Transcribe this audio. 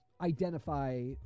identify